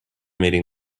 meeting